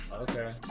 Okay